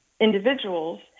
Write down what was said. individuals